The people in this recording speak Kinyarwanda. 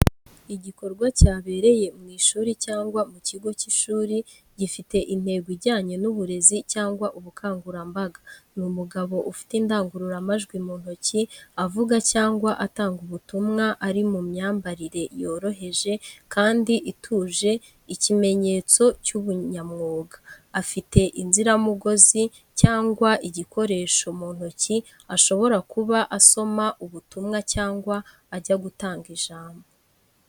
Igikorwa cyabereye ku ishuri cyangwa mu kibuga cy'ishuri, gifite intego ijyanye n'uburezi cyangwa ubukangurambaga. Ni umugabo ufite indangururamajwi mu ntoki avuga cyangwa atanga ubutumwa ari mu myambarire yoroheje kandi ituje ikimenyetso cy'ubunyamwuga. Afite inziramugozi cyangwa igikoresho mu ntoki ashobora kuba asoma ubutumwa cyangwa ajya gutanga ijambo.